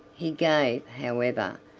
he gave, however,